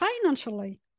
financially